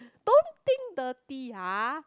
don't think dirty ah